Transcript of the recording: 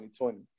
2020